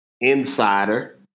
Insider